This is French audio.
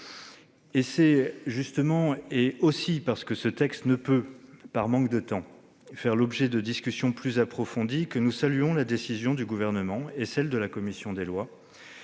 démocratique. C'est aussi parce que ce texte ne peut, faute de temps, faire l'objet de discussions plus approfondies, que nous saluons la décision du Gouvernement et celle de la commission des lois